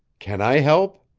can i help?